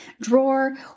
drawer